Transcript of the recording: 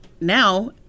now